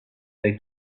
they